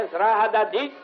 עזרה הדדית